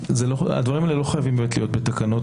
הדברים האלה לא חייבים להיות בתקנות.